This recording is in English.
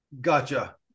Gotcha